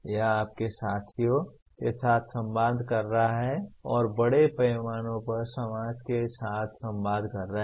यह आपके साथियों के साथ संवाद कर रहा है और बड़े पैमाने पर समाज के साथ संवाद कर रहा है